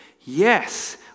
yes